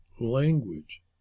language